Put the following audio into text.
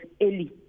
early